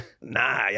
nah